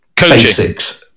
basics